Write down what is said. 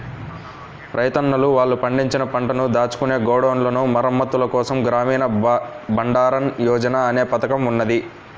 రైతన్నలు వాళ్ళు పండించిన పంటను దాచుకునే గోడౌన్ల మరమ్మత్తుల కోసం గ్రామీణ బండారన్ యోజన అనే పథకం ఉన్నది